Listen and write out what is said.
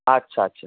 আচ্ছা আচ্ছা